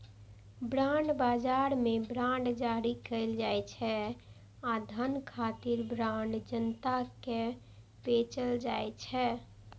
bond बाजार मे bond जारी कैल जाइ छै आ धन खातिर बांड जनता कें बेचल जाइ छै